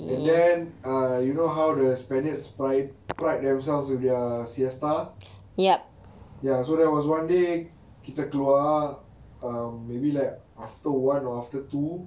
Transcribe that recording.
and then uh you know how the spaniards pride pride themselves with their siesta ya so there was one day kita keluar um maybe like after one or after the two